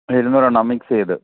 ഇരുന്നൂറെണ്ണം mix ചെയ്ത്